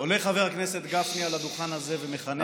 עולה חבר הכנסת גפני על הדוכן הזה ומכנה אותי